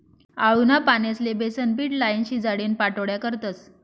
आळूना पानेस्ले बेसनपीट लाईन, शिजाडीन पाट्योड्या करतस